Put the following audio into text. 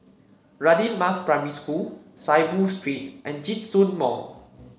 Radin Mas Primary School Saiboo Street and Djitsun Mall